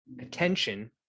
attention